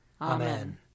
Amen